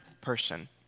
person